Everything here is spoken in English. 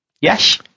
Yes